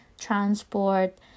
transport